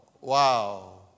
wow